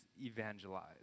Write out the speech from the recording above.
evangelize